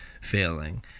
failing